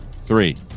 three